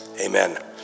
amen